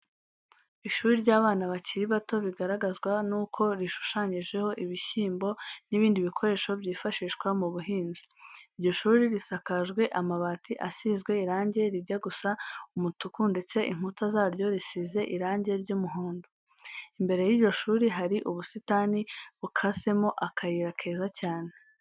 Ishuri ry'abana bakiri bato bigaragazwa n'uko rishushanyijeho ibishyimbo n'ibindi bikoresho byifashishwa mu buhinzi. Iryo shuri risakajwe amabati asizwe irange rijya gusa umutuku ndetse inkuta zaryo zisize irange ry'umuhondo. Imbere y'iryo shuri hari ubusitani bukasemo akayira keza cyane.